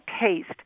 taste